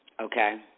Okay